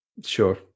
Sure